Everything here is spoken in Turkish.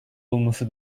olması